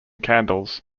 candles